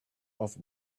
off